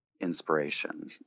inspiration